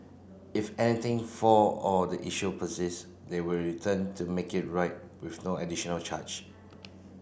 if anything fail or the issue persist they will return to make it right with no additional charge